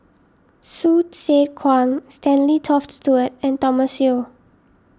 Hsu Tse Kwang Stanley Toft Stewart and Thomas Yeo